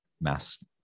mass